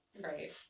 Right